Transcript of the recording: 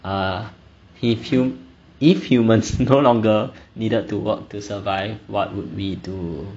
err if hum~ if humans no longer needed to work to survive what would we do